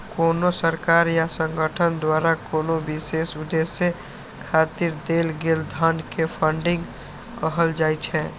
कोनो सरकार या संगठन द्वारा कोनो विशेष उद्देश्य खातिर देल गेल धन कें फंडिंग कहल जाइ छै